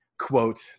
quote